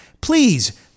please